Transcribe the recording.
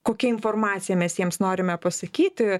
kokia informacija mes jiems norime pasakyti